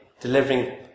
delivering